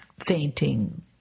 fainting